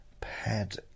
Pad